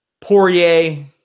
Poirier